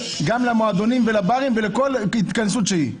גם למועדונים ולברים ולכל התכנסות שהיא.